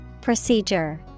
Procedure